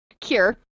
cure